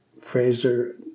Fraser